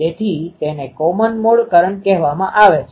તેથી તેને કોમન commonસામાન્ય મોડ modeસ્થિતિ કરંટ કહેવામાં આવે છે